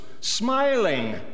smiling